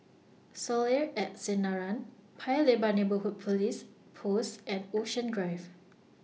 Soleil At Sinaran Paya Lebar Neighbourhood Police Post and Ocean Drive